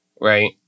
right